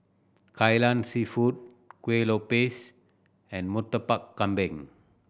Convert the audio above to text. Kai Lan Seafood Kuih Lopes and Murtabak Kambing